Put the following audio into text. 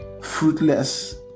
fruitless